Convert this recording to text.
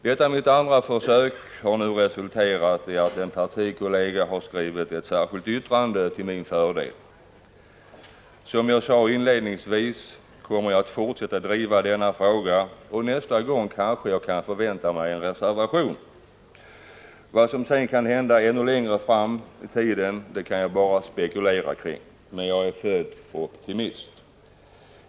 Detta mitt andra försök har nu resulterat i att en partikollega skrivit ett särskilt yttrande till min fördel. Som jag sade inledningsvis kommer jag att fortsätta driva denna fråga, och nästa gång kanske jag kan förvänta mig en reservation. Vad som kan hända ännu längre fram i tiden kan jag bara spekulera kring, men jag är född optimist.